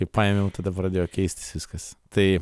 kai paėmiau tada pradėjo keistis viskas tai